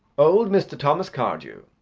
old mr. thomas cardew,